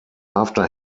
after